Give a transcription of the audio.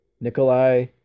Nikolai